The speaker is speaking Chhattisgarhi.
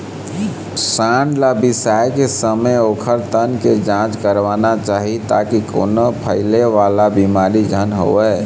सांड ल बिसाए के समे ओखर तन के जांच करवाना चाही ताकि कोनो फइले वाला बिमारी झन होवय